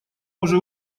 уже